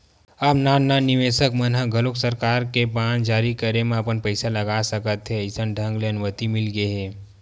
अब नान नान निवेसक मन ह घलोक सरकार के बांड जारी करे म अपन पइसा लगा सकत हे अइसन ढंग ले अनुमति मिलगे हे